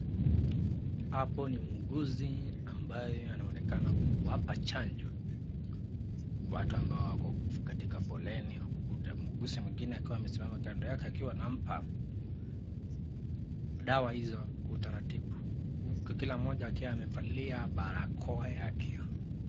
Hapo ni mwuguzi ambaye anaonekana kuwapa chanjo watu ambao wako katika foleni, mwuguzi mwingine amesimama kando yake akiwa anampa dawa hizo kwa utaratibu kila mmoja akiwa amevalia parakoa yake.